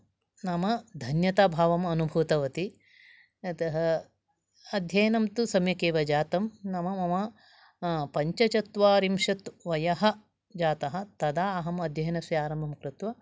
नाम धन्यता भावम् अनुभूतवती अतः अध्ययनं तु सम्यक् एव जातं नाम मम पञ्चचत्वारिंशत् वयः जातः तदा अध्ययनस्य आरम्भं कृत्वा